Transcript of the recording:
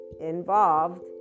involved